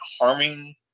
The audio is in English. harming